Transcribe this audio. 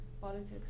politics